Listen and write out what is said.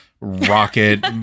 Rocket